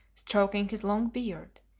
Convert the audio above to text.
stroking his long beard,